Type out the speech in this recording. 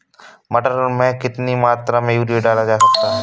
मटर में कितनी मात्रा में यूरिया डाला जाता है?